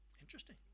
Interesting